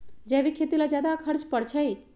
जैविक खेती ला ज्यादा खर्च पड़छई?